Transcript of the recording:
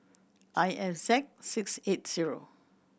I F Z six eight zero